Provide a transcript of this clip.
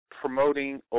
promoting